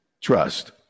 trust